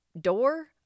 door